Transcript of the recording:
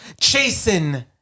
chasing